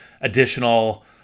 additional